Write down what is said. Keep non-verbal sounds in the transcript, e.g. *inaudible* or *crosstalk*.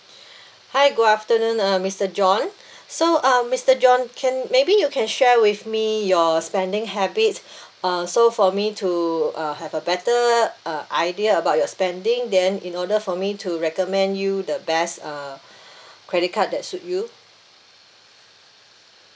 *breath* hi good afternoon uh mister john so uh mister john can maybe you can share with me your spending habits *breath* uh so for me to uh have a better uh idea about your spending then in order for me to recommend you the best uh *breath* credit card that suit you